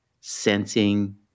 sensing